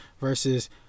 versus